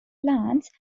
plants